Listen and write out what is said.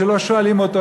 שלא שואלים אותו,